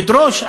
לדרוש,